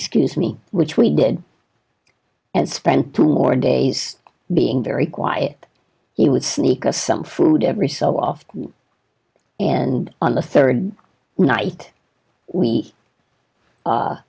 excuse me which we did and spent two more days being very quiet he would sneak us some food every so often and on the third night we a